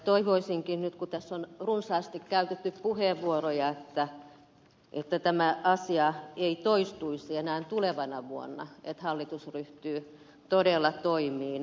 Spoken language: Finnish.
toivoisinkin nyt kun tässä on runsaasti käytetty puheenvuoroja että tämä asia ei toistuisi enää tulevana vuonna että hallitus ryhtyy todella toimiin